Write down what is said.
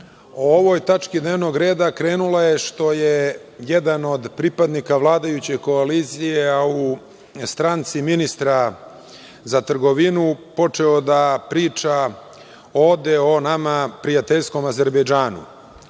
o ovoj tački dnevnog reda krenula je što je jedan od pripadnika vladajuće koalicije, a u stranci ministra za trgovinu počeo da priča ovde o nama prijateljskom Azerbejdžanu. Zaista,